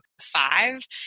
five